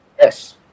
Yes